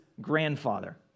grandfather